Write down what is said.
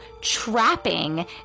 trapping